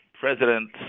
president